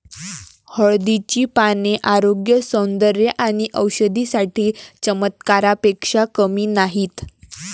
हळदीची पाने आरोग्य, सौंदर्य आणि औषधी साठी चमत्कारापेक्षा कमी नाहीत